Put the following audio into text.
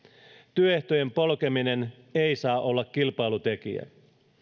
työehtojen polkeminen ei saa olla kilpailutekijä